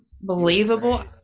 believable